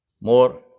more